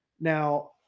Now